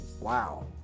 wow